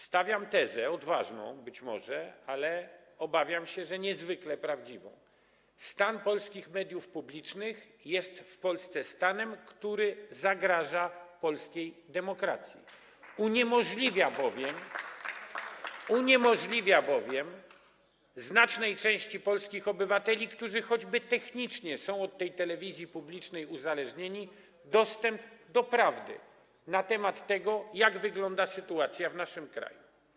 Stawiam tezę, być może odważną, ale obawiam się, że niezwykle prawdziwą, że stan polskich mediów publicznych jest w Polsce stanem, który zagraża polskiej demokracji, uniemożliwia bowiem znacznej części polskich obywateli, którzy choćby technicznie są od tej telewizji publicznej uzależnieni, dostęp do prawdy na temat tego, jak wygląda sytuacja w naszym kraju.